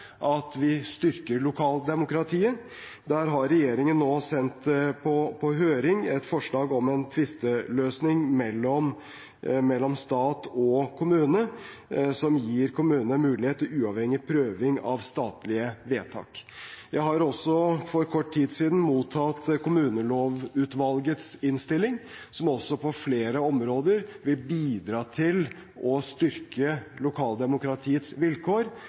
at vi styrker lokaldemokratiet. Der har regjeringen nå sendt på høring et forslag om en tvisteløsning mellom stat og kommune som gir kommunene en mulighet til uavhengig prøving av statlige vedtak. Jeg har også for kort tid siden mottatt kommunelovutvalgets innstilling, som også på flere områder vil bidra til å styrke lokaldemokratiets vilkår